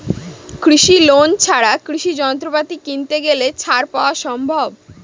কৃষি লোন ছাড়া কৃষি যন্ত্রপাতি কিনতে গেলে ছাড় পাওয়া সম্ভব?